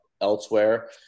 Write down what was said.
elsewhere